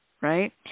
right